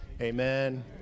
Amen